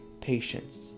patience